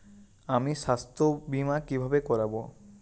আমি স্বাস্থ্য বিমা কিভাবে করাব?